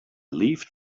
leafed